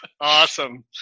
Awesome